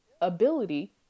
ability